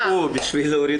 דחפו בשביל להוריד.